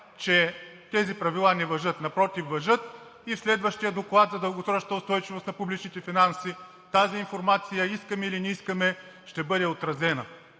че тези правила не важат. Напротив, важат и в следващия доклад за дългосрочна устойчивост на публичните финанси тази информация – искаме, или не искаме, ще бъде отразена.